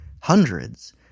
Hundreds